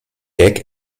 gag